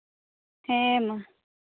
ᱦᱮᱸ ᱢᱟ